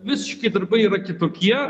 visiškai darbai yra kitokie